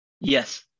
Yes